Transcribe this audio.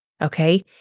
Okay